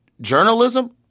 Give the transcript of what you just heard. Journalism